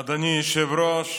אדוני היושב-ראש,